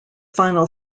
final